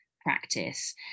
practice